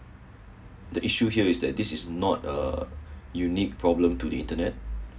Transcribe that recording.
the issue here is that this is not a uh unique problem to the internet